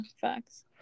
facts